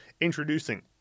introducing